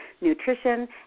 nutrition